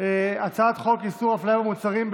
הצעת חוק איסור הפליה במוצרים,